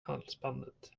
halsbandet